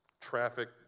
traffic